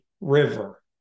river